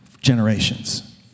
generations